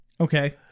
Okay